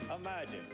Imagine